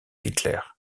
hitler